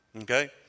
Okay